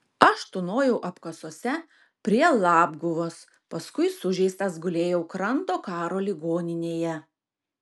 aš tūnojau apkasuose prie labguvos paskui sužeistas gulėjau kranto karo ligoninėje